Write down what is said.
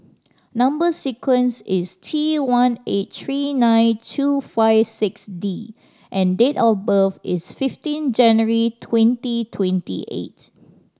number sequence is T one eight three nine two five six D and date of birth is fifteen January twenty twenty eight